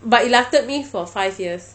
but it lasted me for five years